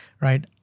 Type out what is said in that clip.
Right